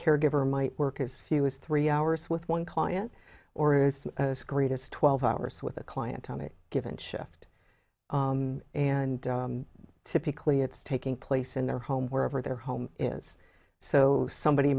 caregiver might work as few as three hours with one client or is it is twelve hours with a client on it given shift and typically it's taking place in their home wherever their home is so somebody